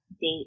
date